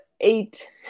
eight